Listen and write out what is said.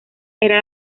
era